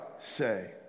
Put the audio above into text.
say